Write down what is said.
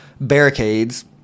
barricades